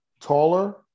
taller